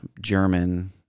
German